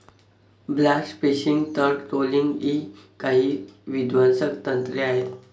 blast fishing, तळ trawling इ काही विध्वंसक तंत्रे आहेत